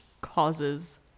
causes